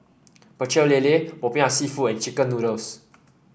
Pecel Lele popiah seafood and chicken noodles